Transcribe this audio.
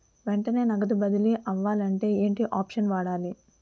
వెంటనే నగదు బదిలీ అవ్వాలంటే ఏంటి ఆప్షన్ వాడాలి?